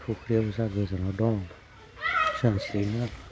फुख्रियाबो जा गोजानाव दं सानस्रिनो